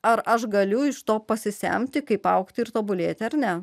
ar aš galiu iš to pasisemti kaip augti ir tobulėti ar ne